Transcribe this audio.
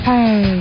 Hey